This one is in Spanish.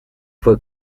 fue